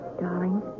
Darling